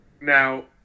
Now